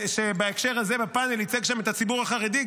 שבהקשר הזה בפאנל ייצג שם את הציבור החרדי,